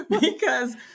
because-